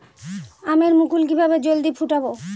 আমের মুকুল কিভাবে জলদি ফুটাব?